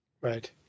Right